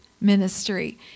ministry